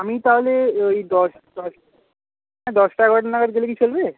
আমি তাহলে ওই দশ দশ দশটা এগারোটা নাগাদ গেলে কি চলবে